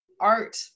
art